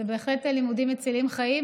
אלה בהחלט לימודים מצילי חיים.